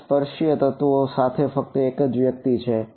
ત્યાં સ્પર્શીય તત્વો સાથે ફક્ત એકજ વ્યક્તિ છે